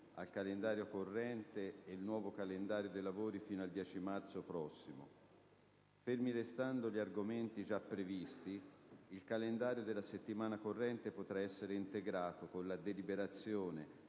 al calendario corrente e il nuovo calendario dei lavori fino al 10 marzo prossimo. Fermi restando gli argomenti già previsti, il calendario della settimana corrente potrà essere integrato con la deliberazione